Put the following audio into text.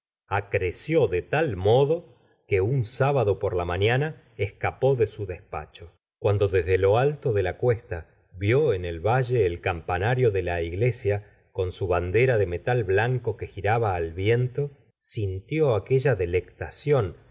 acreció de tal modo que un sábado por la mafiana escapó de su despacho cuando desde lo alto de la cuesta vió en el valle el campanario de la iglesia con su bandera de metal blanco que giraba al viento sintió aquella delectación